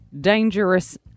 dangerous